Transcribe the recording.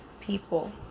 people